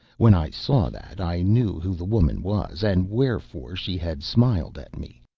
when i saw that, i knew who the woman was, and wherefore she had smiled at me.